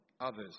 others